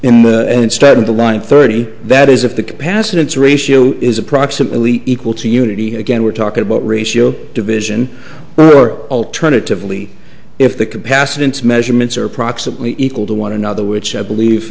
end instead of the line thirty that is if the capacitance ratio is approximately equal to unity again we're talking about ratio division or alternatively if the capacitance measurements are approximately equal to one another which i believe